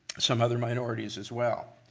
some other minorities as well.